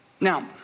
Now